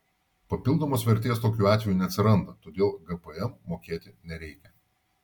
papildomos vertės tokiu atveju neatsiranda todėl gpm mokėti nereikia